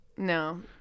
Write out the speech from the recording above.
No